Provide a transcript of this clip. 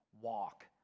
walk